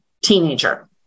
teenager